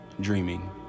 dreaming